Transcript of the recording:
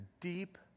deep